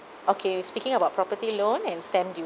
okay speaking about property loan and stamp du~